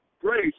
grace